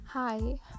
Hi